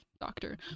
doctor